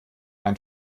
ein